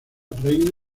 reina